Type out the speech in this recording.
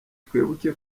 twibuke